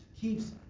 keeps